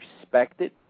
respected